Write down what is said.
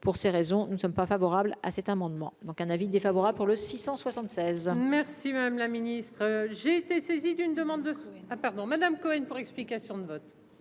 pour ces raisons, nous ne sommes pas favorables à cet amendement, donc un avis défavorable pour le 676. Merci madame la ministre, j'ai été saisi d'une demande de ah pardon Madame Cohen pour explication de vote.